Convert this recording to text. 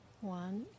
one